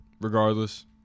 regardless